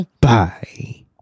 Bye